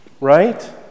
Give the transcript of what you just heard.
right